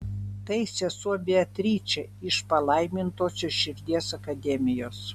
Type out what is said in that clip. tai sesuo beatričė iš palaimintosios širdies akademijos